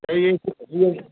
त इहे जीअं